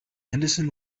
henderson